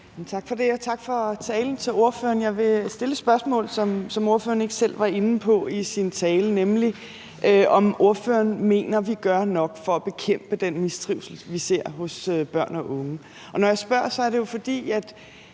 Tak for det, og tak til ordføreren for talen. Jeg vil stille et spørgsmål om noget, ordføreren ikke selv var inde på i sin tale, nemlig om ordføreren mener, at vi gør nok for at bekæmpe den mistrivsel, vi ser hos børn og unge. Når jeg spørger, er det jo, fordi